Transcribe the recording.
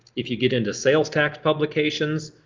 if you get into sales tax publications